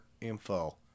info